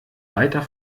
weiter